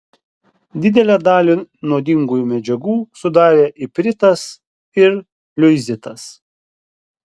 didelę dalį nuodingųjų medžiagų sudarė ipritas ir liuizitas